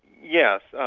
yes, so